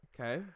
Okay